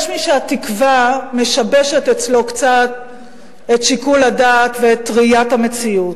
יש מי שהתקווה משבשת אצלו קצת את שיקול הדעת ואת ראיית המציאות.